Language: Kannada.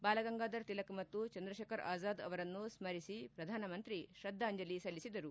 ಬಾಲಾಗಂಗಾಧರ್ ತಿಲಕ್ ಮತ್ತು ಚಂದ್ರಶೇಖರ್ ಆಜಾದ್ ಅವರನ್ನು ಸ್ಪರಿಸಿ ಪ್ರಧಾನಮಂತ್ರಿ ಶ್ರದ್ಧಾಂಜಲಿ ಸಲ್ಲಿಸಿದರು